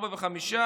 04:05,